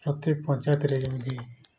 ପ୍ରତ୍ୟେକ ପଞ୍ଚାୟତରେ ଯେମତି